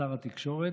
שר התקשורת.